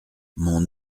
mon